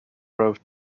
wrote